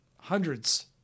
hundreds